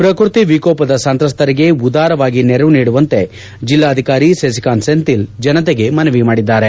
ಪ್ರಕೃತಿ ವಿಕೋಪದ ಸಂತ್ರಸ್ತರಿಗೆ ಉದಾರವಾಗಿ ನೆರವು ನೀಡುವಂತೆ ಜಿಲ್ಲಾಧಿಕಾರಿ ಜನತೆಗೆ ಮನವಿ ಮಾಡಿದ್ದಾರೆ